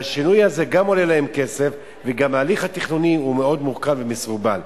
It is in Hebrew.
והשינוי הזה גם עולה להם כסף וגם ההליך התכנוני מאוד מורכב ומסורבל.